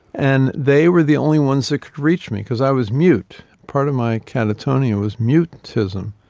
and they were the only ones that could reach me, because i was mute. part of my catatonia was mutism,